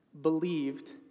believed